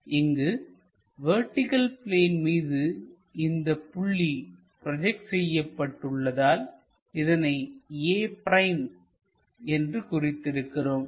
இங்கு vertical plane மீது இந்தப் புள்ளி ப்ரோஜெக்ட் செய்யப்பட்டுள்ளதால் இதனை a' என்று குறித்து இருக்கிறோம்